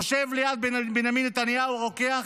יושב ליד בנימין נתניהו רוקח,